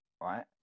right